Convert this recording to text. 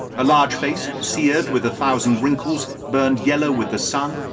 a large face, seared with a thousand wrinkles, burned yellow with the sun,